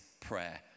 prayer